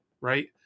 right